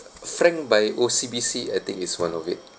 frank by O_C_B_C I think is one of it